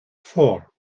four